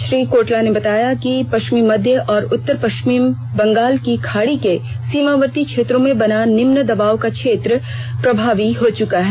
श्री कोटाल ने बताया कि पश्चिमी मध्य और उत्तर पश्चिमी बंगाल की खाड़ी के सीमावर्ती क्षेत्रों में बना निम्न दाब क्षेत्र प्रभावी हो चुका है